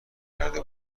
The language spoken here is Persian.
کرده